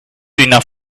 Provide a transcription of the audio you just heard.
enough